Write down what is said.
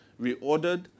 reordered